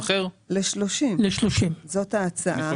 בסל של נציגי הציבור הגדול לאיזו שהיא מומחיות.